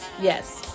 Yes